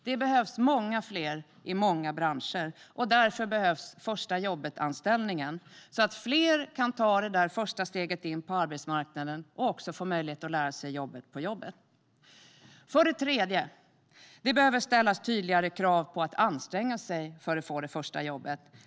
Det behövs många fler i många branscher. Därför behövs första-jobbet-anställningen, så att fler kan ta det första steget in på arbetsmarknaden och få möjlighet att lära sig jobbet på jobbet. För det tredje behöver det ställas tydligare krav på att anstränga sig för att få det första jobbet.